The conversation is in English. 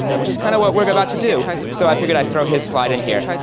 which is kind of what we're about to do. so i figured i'd throw his slide in here.